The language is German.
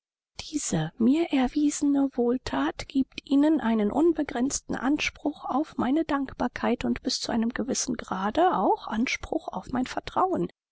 diese mir erwiesene wohlthat giebt ihnen einen unbegrenzten anspruch auf meine dankbarkeit und bis zu einem gewissen grade auch anspruch auf mein vertrauen